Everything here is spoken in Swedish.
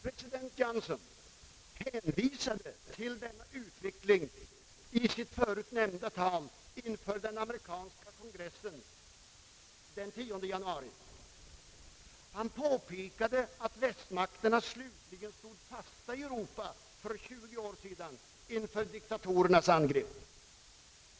President Johnson hänvisade till denna utveckling i sitt tidigare nämnda tal inför den amerikanska kongressen den 10 januari. Han påpekade att västmakterna för 20 år sedan slutligen stod fasta i Europa inför diktaturländernas angrepp.